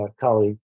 colleague